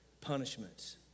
punishments